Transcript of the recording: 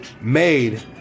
made